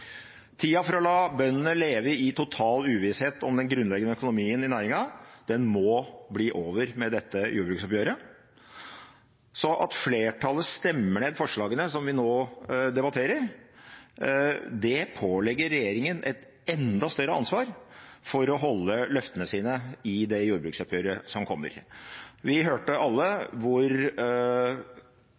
for å la bøndene leve i total uvisshet om den grunnleggende økonomien i næringen må bli over med dette jordbruksoppgjøret. At flertallet stemmer ned forslagene som vi nå debatterer, pålegger regjeringen et enda større ansvar for å holde løftene sine i det jordbruksoppgjøret som kommer. Vi har alle hørt hvor